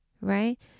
right